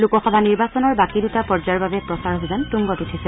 লোকসভা নিৰ্বাচনৰ বাকী দুটা পৰ্যায়ৰ বাবে প্ৰচাৰ অভিযান তুংগত উঠিছে